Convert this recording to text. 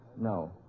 no